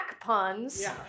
puns